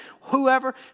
whoever